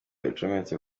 icometse